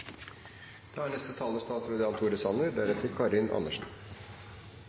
Da er neste taler